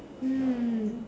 mm